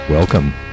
Welcome